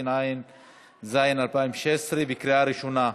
התשע"ז 2016, בקריאה ראשונה.